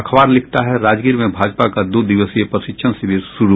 अखबार लिखता है राजगीर में भाजपा का दो दिवसीय प्रशिक्षण शिविर शुरू